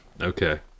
Okay